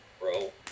bro